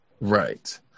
Right